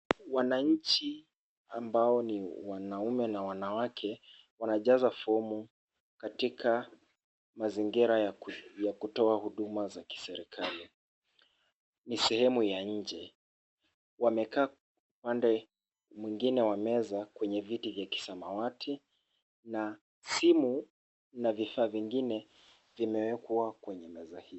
Wananchi ambao ni wanaume na wanawake, wanajaza fomu katika mazingira ya kutoa huduma za kiserikali. Ni sehemu ya nnje. Wamekaa upande mwingine wa meza, kwenye viti vya kisamawati na simu na vifaa vingine vimewekwa kwenye meza hiyo.